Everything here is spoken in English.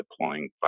deploying